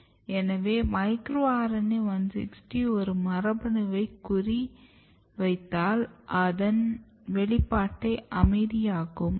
எனவே micro RNA 160 ஒரு மரபணுவை குறி வைத்தால் அதன் வெளிப்பாடை அமைதியாக்கும்